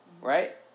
right